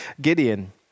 Gideon